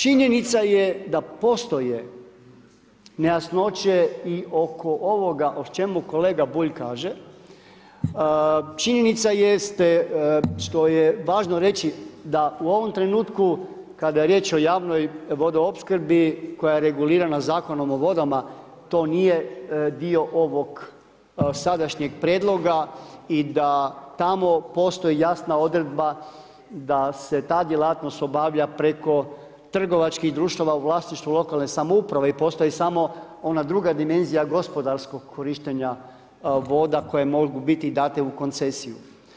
Činjenica je da postoje nejasnoće i oko ovoga o čemu kolega Bulj kaže, činjenica jeste što je važno reći, da u ovom trenutku, kada je riječ o javnoj vodoopskrbi koja je regulirana Zakonom o vodama, to nije ovog sadašnjeg prijedloga i da tamo postoji jasna odredba da se ta djelatnost obavlja preko trgovačkih društava u vlasništvu lokalne samouprave i postoji samo onda druga dimenzija gospodarskog korištenja voda koje mogu biti date u koncesiju.